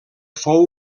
fou